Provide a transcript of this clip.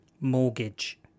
Mortgage